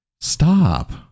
stop